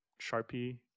Sharpie